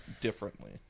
differently